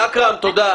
תודה.